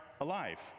alive